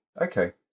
Okay